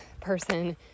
person